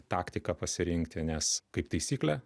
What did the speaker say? taktiką pasirinkti nes kaip taisyklė